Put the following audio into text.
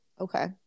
Okay